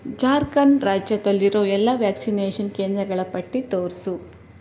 ಜಾರ್ಖಂಡ್ ರಾಜ್ಯದಲ್ಲಿರೋ ಎಲ್ಲ ವ್ಯಾಕ್ಸಿನೇಷನ್ ಕೇಂದ್ರಗಳ ಪಟ್ಟಿ ತೋರಿಸು